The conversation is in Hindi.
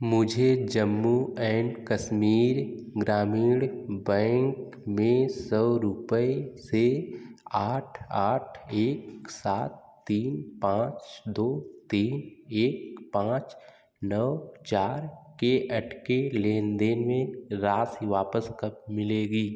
मुझे जम्मू ऐंड कश्मीर ग्रामीण बैंक में सौ रुपये से आठ आठ एक सात तीन पाँच दो तीन एक पाँच नौ चार के अटके लेन देन में राशि वापस कब मिलेगी